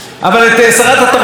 בדיוק כמו חוק שהיא העבירה,